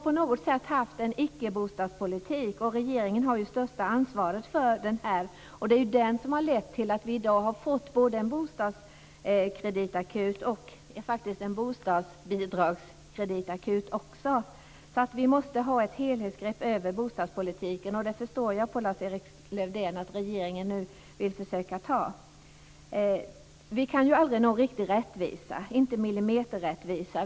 På något sätt har det förts en icke-bostadspolitik, och regeringen har ju det största ansvaret för denna. Det är därför som vi i dag har fått både en bostadskreditakut och en bostadsbiddragskreditakut. Man måste ta ett helhetsgrepp om bostadspolitiken. Jag förstår av det som Lars-Erik Lövdén säger att regeringen nu vill försöka att ta ett sådant grepp. Man kan aldrig nå millimeterrättvisa.